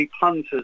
punters